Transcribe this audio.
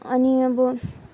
अनि अब